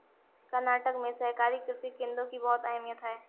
कर्नाटक में सहकारी कृषि केंद्रों की बहुत अहमियत है